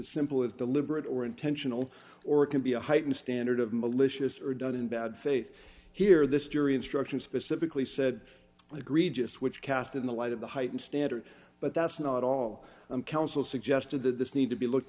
simple as deliberate or intentional or it can be a heightened standard of malicious are done in bad faith here this jury instructions specifically said i agree just which cast in the light of the heightened standard but that's not all i'm counsel suggested that this need to be looked